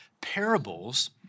Parables